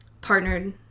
partnered